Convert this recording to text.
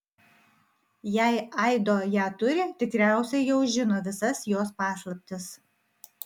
jei aido ją turi tikriausiai jau žino visas jos paslaptis